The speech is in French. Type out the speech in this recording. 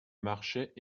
marchaient